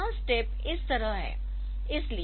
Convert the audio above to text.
तो यह स्टेप इस तरह है